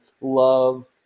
love